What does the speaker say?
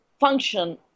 function